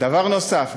דבר נוסף,